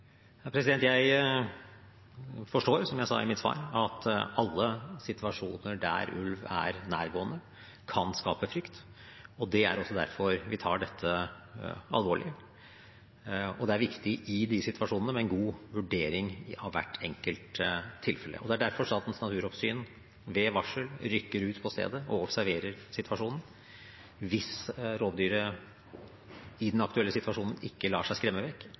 Jeg forstår, som jeg sa i mitt svar, at alle situasjoner der ulv er nærgående, kan skape frykt. Det er også derfor vi tar dette alvorlig. I de situasjonene er det viktig med en god vurdering av hvert enkelt tilfelle. Det er derfor Statens naturoppsyn ved varsel rykker ut til stedet og observerer situasjonen. Hvis rovdyret i den aktuelle situasjonen ikke lar seg skremme vekk,